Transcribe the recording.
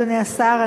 אדוני השר.